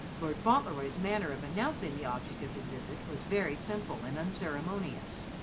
lord fauntleroy's manner of announcing the object of his visit was very simple and unceremonious.